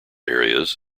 areas